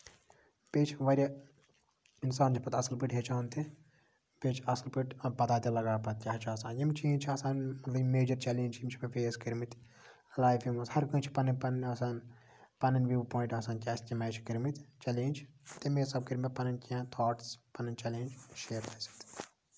بیٚیہِ چھِ واریاہ اِنسان چھُ پَتہٕ اَصٕل پٲٹھۍ ہیٚچھان تہِ بیٚیہِ چھُ اَصٕل پٲٹھۍ پَتہ تہِ لگان پَتہٕ کیاہ چھُ آسان یِم چیٖز چھِ آسان یم میجر چیلینجٔز یِم چھِ مےٚ فیس کٔرمٕتۍ لایفہِ منٛز ہر کٲنسہِ چھِ پَنٕنۍ پَنٕنۍ آسان پَنٕنۍ وِو پوینٹ آسان کیاہ تَمہِ آیہِ چھِ کٔرمٕتۍ چیلینج تَمہِ حِسسابہٕ کٔرۍ مےٚ پَنٕنۍ تھوٹٔس پَنٕنۍ چیلینج شِیر تۄہہِ سۭتۍ